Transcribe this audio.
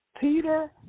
Peter